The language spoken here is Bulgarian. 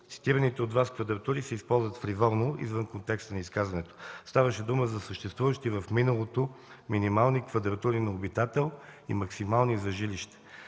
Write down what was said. Цитираните от Вас квадратури се използват фриволно, извън контекста на изказването. Ставаше дума за съществуващи в миналото минимални квадратури на обитател и максимални за жилище.